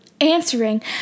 answering